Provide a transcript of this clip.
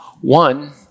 One